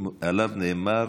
עליו נאמר: